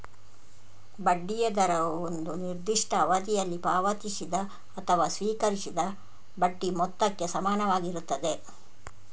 ಬಡ್ಡಿಯ ದರವು ಒಂದು ನಿರ್ದಿಷ್ಟ ಅವಧಿಯಲ್ಲಿ ಪಾವತಿಸಿದ ಅಥವಾ ಸ್ವೀಕರಿಸಿದ ಬಡ್ಡಿ ಮೊತ್ತಕ್ಕೆ ಸಮಾನವಾಗಿರುತ್ತದೆ